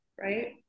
right